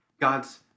God's